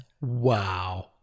wow